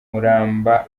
muramba